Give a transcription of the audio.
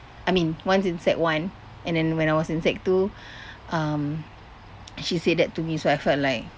I mean once in sec one and then when I was in sec two um she said that to me so I felt like